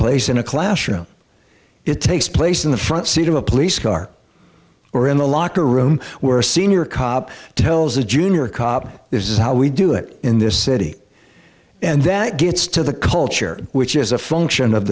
place in a classroom it takes place in the front seat of a police car or in the locker room where a senior cop tells a junior cop this is how we do it in this city and that gets to the culture which is a function of